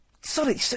sorry